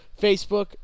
Facebook